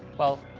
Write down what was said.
well,